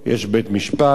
יש בית-משפט,